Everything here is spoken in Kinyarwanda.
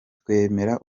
twemera